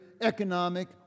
economic